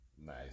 Nice